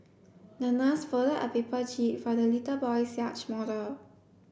the nurse folded a paper jib for the little boy's yacht model